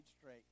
straight